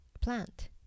plant